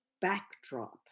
backdrop